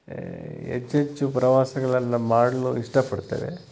ಹೆಚ್ಚೆಚ್ಚು ಪ್ರವಾಸಗಳನ್ನ ಮಾಡಲು ಇಷ್ಟಪಡ್ತೇವೆ